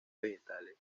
vegetales